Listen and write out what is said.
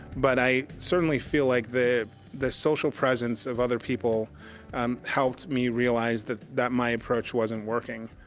but i certainly feel like the the social presence of other people um helped me realize that that my approach wasn't working.